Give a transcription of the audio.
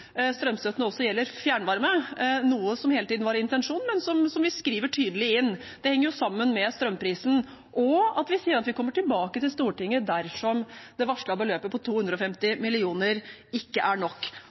strømstøtten også gjelder fjernvarme, noe som hele tiden var intensjonen, men som vi skriver tydelig inn. Det henger sammen med strømprisen. Vi sier også at vi kommer tilbake til Stortinget dersom det varslede beløpet på 250 mill. kr ikke er nok. Alle Høyres, Venstres og